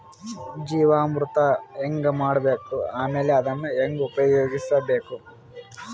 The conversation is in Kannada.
ಜೀವಾಮೃತ ಹೆಂಗ ಮಾಡಬೇಕು ಆಮೇಲೆ ಅದನ್ನ ಹೆಂಗ ಉಪಯೋಗಿಸಬೇಕು?